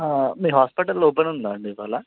మీ hospital open ఉందా అండి ఇవాళ